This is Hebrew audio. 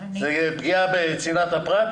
זאת פגיעה בצנעת הפרט?